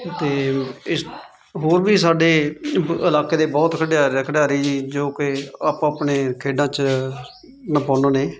ਤੇ ਇਸ ਹੋਰ ਵੀ ਸਾਡੇ ਇਲਾਕੇ ਦੇ ਬਹੁਤ ਖਿਡਾਰ ਖਿਡਾਰੀ ਜੋ ਕਿ ਆਪੋ ਆਪਣੇ ਖੇਡਾਂ ਚ ਨਿਪੁੰਨ ਨੇ